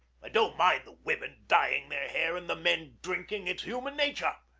i don't mind the women dyeing their hair and the men drinking it's human nature.